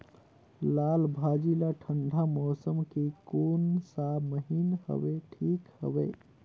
लालभाजी ला ठंडा मौसम के कोन सा महीन हवे ठीक हवे?